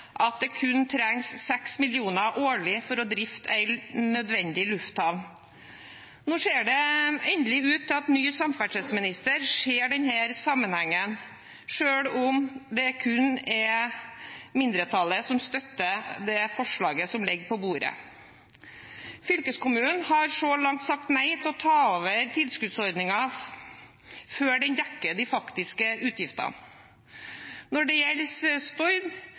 at det kun trengs 6 mill. kr årlig for å drifte en nødvendig lufthavn. Nå ser det endelig ut til at den nye samferdselsministeren ser denne sammenhengen, selv om det kun er mindretallet som støtter det forslaget som ligger på bordet. Fylkeskommunen har så langt sagt nei til å ta over tilskuddsordningen før den dekker de faktiske utgiftene. Når det gjelder